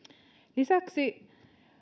lisäksi